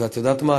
ואת יודעת מה?